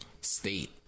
state